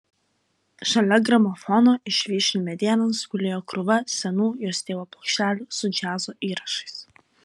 šalia gramofono iš vyšnių medienos gulėjo krūva senų jos tėvo plokštelių su džiazo įrašais